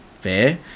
fair